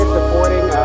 supporting